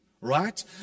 Right